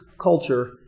culture